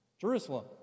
Jerusalem